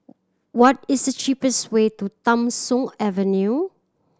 what is the cheapest way to Tham Soong Avenue